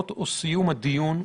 ודאי לא של שירות ביטחון